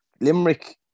Limerick